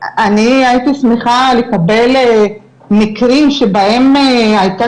אני הייתי שמחה לקבל מקרים שבהם היתה